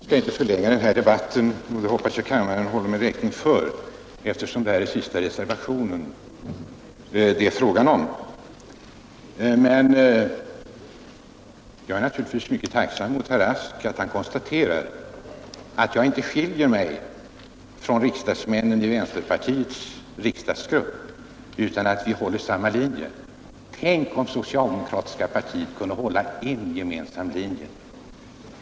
Fru talman! Jag skall inte förlänga den här debatten, och det hoppas jag kammaren håller mig räkning för, eftersom det här är fråga om sista reservationen. Men jag är naturligtvis mycket tacksam mot herr Rask för att han konstaterar att jag inte skiljer mig från riksdagsmännen i övrigt i vänsterpartiet kommunisternas riksdagsgrupp utan att vi håller samma linje. Tänk om socialdemokratiska partiet kunde hålla en gemensam linje!